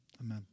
Amen